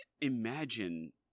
imagine